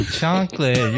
chocolate